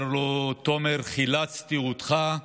אומר לו תומר: חילצתי אותך,